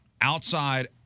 outside